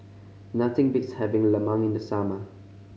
nothing beats having lemang in the summer